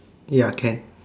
ya can